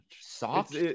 Soft